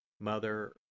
Mother